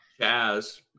Chaz